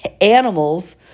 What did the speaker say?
animals